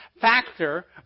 factor